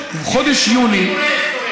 אדוני השר?